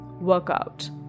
Workout